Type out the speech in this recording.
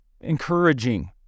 Encouraging